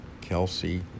Kelsey